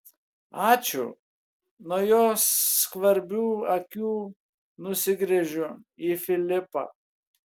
ačiū nuo jo skvarbių akių nusigręžiu į filipą